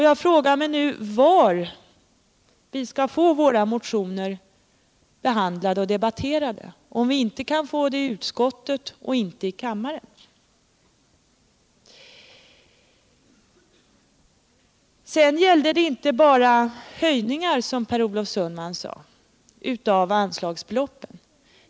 Jag frågar nu: Var skall vi få våra motioner behandlade och debatterade, om vi inte kan få det i utskottet och inte i kammaren? Sedan gällde det inte bara höjningar av anslagsbeloppen, vilket Per Olof Sundman påstod.